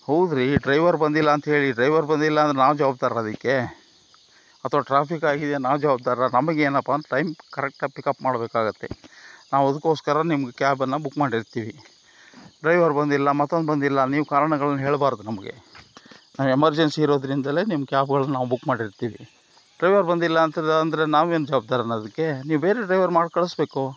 ಹೌದುರೀ driver ಬಂದಿಲ್ಲಾಂತ ಹೇಳಿ driver ಬಂದಿಲ್ಲ ಅಂದ್ರೆ ನಾವು ಜವಾಬ್ದಾರರಾ ಅದಕ್ಕೆ ಅಥವಾ ಟ್ರಾಫಿಕ್ ಆಗಿದೆ ನಾವು ಜವಾಬ್ದಾರರಾ ನಮಗೇನಪ್ಪ ಅಂತ ಟೈಮ್ಗೆ ಕರೆಕ್ಟ್ ಆಗಿ ಪಿಕಪ್ ಮಾಡ್ಬೇಕಾಗುತ್ತೆ ನಾವು ಅದಕ್ಕೋಸ್ಕರ ನಿಮ್ಮ ಕ್ಯಾಬನ್ನು ಬುಕ್ ಮಾಡಿರ್ತೀವಿ ಡ್ರೈವರ್ ಬಂದಿಲ್ಲ ಮತ್ತೊಂದು ಬಂದಿಲ್ಲ ನೀವು ಕಾರಣಗಳನ್ನು ಹೇಳ್ಬಾರ್ದು ನಮಗೆ ನಾವು ಎಮರ್ಜೆನ್ಸಿ ಇರೋದರಿಂದಲೇ ನಿಮ್ಮ ಕ್ಯಾಬ್ಗಳನ್ನು ನಾವು ಬುಕ್ ಮಾಡಿರ್ತೀವಿ ಡ್ರೈವರ್ ಬಂದಿಲ್ಲ ಅಂತ ಅಂದರೆ ನಾವು ಏನು ಜವಾಬ್ದಾರನಾ ಅದಕ್ಕೆ ಬೇರೆ ಡ್ರೈವರ್ ಮಾಡಿ ಕಳಿಸ್ಬೇಕು